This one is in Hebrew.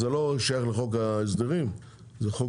זה לא שייך לחוק ההסדרים; זה חוק